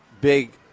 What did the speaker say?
big